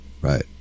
Right